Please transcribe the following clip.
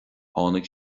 tháinig